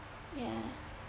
ya